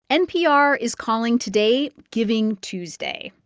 npr is calling today giving tuesday.